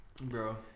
Bro